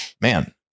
man